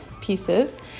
pieces